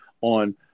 on